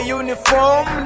uniform